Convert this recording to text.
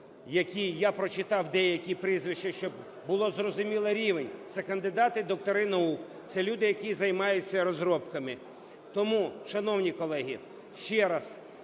я прочитав деякі прізвища, щоб було зрозуміло рівень, це кандидати, доктори наук, це люди, які займаються розробками. Тому, шановні колеги, ще раз